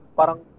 Parang